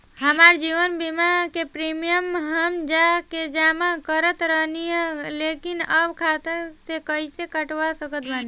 हमार जीवन बीमा के प्रीमीयम हम जा के जमा करत रहनी ह लेकिन अब खाता से कइसे कटवा सकत बानी?